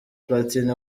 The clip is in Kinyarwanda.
platini